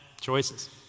choices